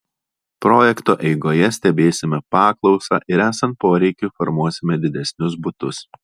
projekto eigoje stebėsime paklausą ir esant poreikiui formuosime didesnius butus